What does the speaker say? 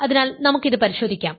അതിനാൽ നമുക്ക് ഇത് പരിശോധിക്കാം